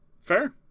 Fair